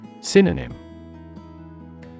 Synonym